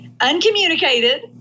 uncommunicated